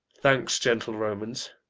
thanks, gentle romans!